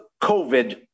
COVID